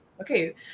Okay